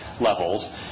levels